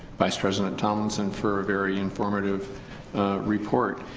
vice president tonneson for a very informative report